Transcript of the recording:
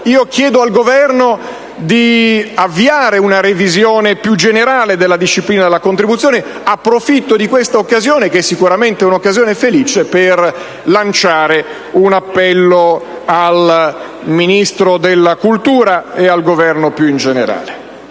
pertanto al Governo di avviare una revisione generale della disciplina della contribuzione e approfitto di questa occasione, sicuramente felice, per lanciare un appello al Ministro della cultura e al Governo in generale.